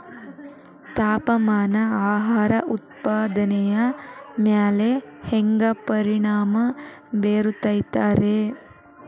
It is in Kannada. ತಾಪಮಾನ ಆಹಾರ ಉತ್ಪಾದನೆಯ ಮ್ಯಾಲೆ ಹ್ಯಾಂಗ ಪರಿಣಾಮ ಬೇರುತೈತ ರೇ?